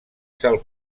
sal